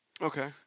Okay